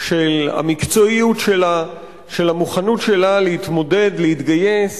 של המקצועיות שלה, המוכנות שלה להתמודד, להתגייס